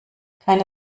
keine